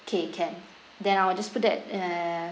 okay can then I'll just put that uh